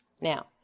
Now